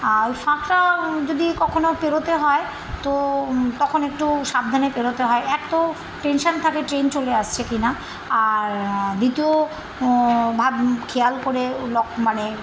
আর ওই ফাঁকটা যদি কখনো পেরোতে হয় তো তখন একটু সাবধানে পেরোতে হয় এক তো টেনশন থাকে ট্রেন চলে আসছে কি না আর দ্বিতীয় ভাবে খেয়াল করে লক মানে